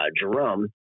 Jerome